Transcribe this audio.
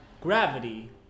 Gravity